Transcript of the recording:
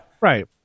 Right